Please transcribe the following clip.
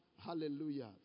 Hallelujah